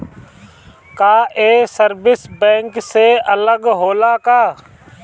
का ये service bank से अलग होला का?